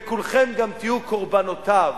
וכולכם גם תהיו קורבנותיו,